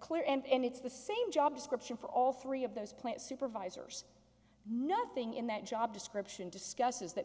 clear and it's the same job description for all three of those points supervisors nothing in that job description discusses that